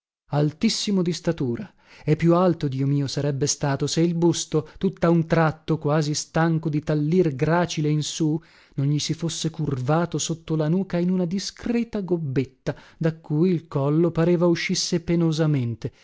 altissimo di statura e più alto dio mio sarebbe stato se il busto tutta un tratto quasi stanco di tallir gracile in sù non gli si fosse curvato sotto la nuca in una discreta gobbetta da cui il collo pareva uscisse penosamente